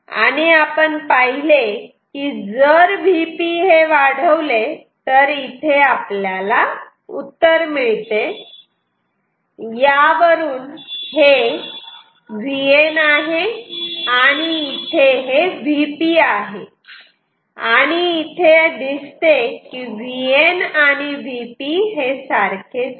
आणि आपण पाहिले की जर Vp हे वाढवले तर इथे आपल्याला उत्तर मिळते यावरून हे Vn आहे आणि इथे हे Vp आहे आणि इथे दिसते की Vn आणि Vp सारखेच नाही